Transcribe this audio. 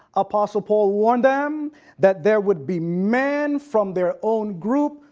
apostle paul warned them that there would be men from their own group,